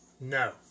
No